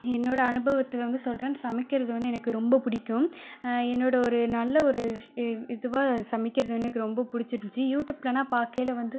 என்னோட அனுபவத்தில் வந்து சொல்கிறேன் சமைக்கிறது வந்து எனக்கு ரொம்ப பிடிக்கும் என்னோட ஒரு நல்ல ஒரு இதுவாக சமைக்கிறது எனக்கு ரொம்ப பிடிச்சிருந்துச்சு யூடியூப்லலாம் பார்க்கையில வந்து